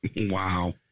Wow